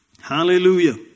Hallelujah